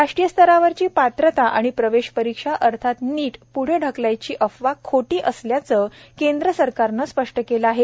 राष्ट्रीय स्तरावरची पात्रता आणि प्रवेश परिक्षा अर्थात नीट प्ढे ढकलल्याची अफवा खोटी असल्याचं केंद्र सरकारनं स्पष्ट केलं आहे